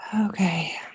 Okay